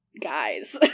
guys